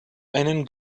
einen